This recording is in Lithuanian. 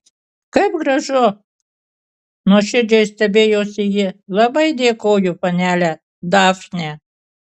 kaip gražu nuoširdžiai stebėjosi ji labai dėkoju panele dafne